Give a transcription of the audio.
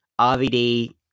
RVD